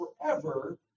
forever